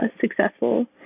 successful